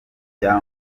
bya